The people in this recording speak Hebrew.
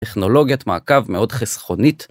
טכנולוגית מעקב מאוד חסכונית.